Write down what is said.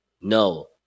no